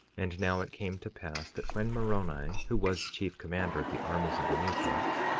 and now it came to pass that when moroni, who was the chief commander of the armies of the nephites,